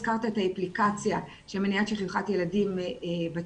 הזכרת את האפליקציה של מניעת שכחת ילדים בטלפון.